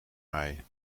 mij